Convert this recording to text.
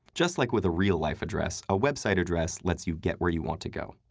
just like with a real life address, a website address lets you get where you want to go.